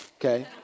okay